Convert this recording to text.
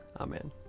Amen